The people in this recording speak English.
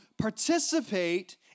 participate